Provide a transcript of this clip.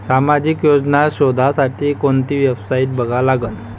सामाजिक योजना शोधासाठी कोंती वेबसाईट बघा लागन?